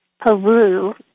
Peru